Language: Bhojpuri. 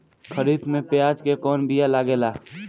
खरीफ में प्याज के कौन बीया लागेला?